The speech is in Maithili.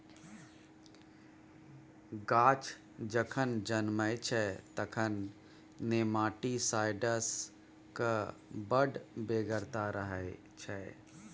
गाछ जखन जनमय छै तखन नेमाटीसाइड्सक बड़ बेगरता रहय छै